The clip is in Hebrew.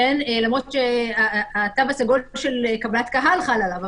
למרות שהתו הסגול של קבלת קהל חל עליו,